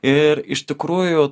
ir iš tikrųjų